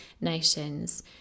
nations